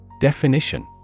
Definition